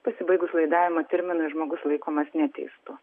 pasibaigus laidavimo terminui žmogus laikomas neteistu